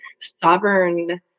sovereign